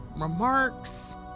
remarks